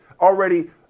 already